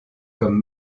comme